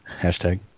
Hashtag